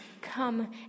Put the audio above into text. come